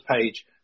Page